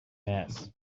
mass